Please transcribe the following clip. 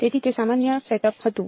તેથી તે સામાન્ય સેટઅપ હતું